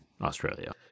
Australia